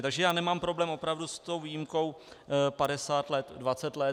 Takže já nemám problém opravdu s tou výjimkou 50 let 20 let.